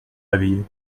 réveillée